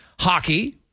Hockey